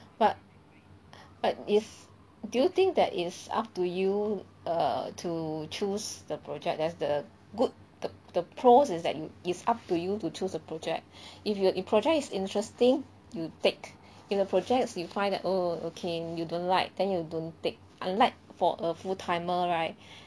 but I is do you think that is up to you err to choose the project there's the good the the pros is that you is up to you to choose the project if you if project is interesting you take if the project you find that oh okay you don't like then you don't take unlike for a full-timer right